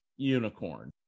unicorn